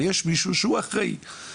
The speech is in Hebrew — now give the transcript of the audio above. יש מישהו שהוא אחראי.